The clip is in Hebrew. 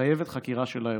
מתחייבת חקירה של האירוע.